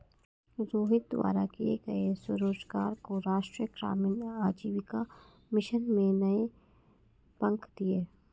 रोहित द्वारा किए गए स्वरोजगार को राष्ट्रीय ग्रामीण आजीविका मिशन ने नए पंख दिए